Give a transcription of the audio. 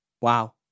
wow